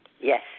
Yes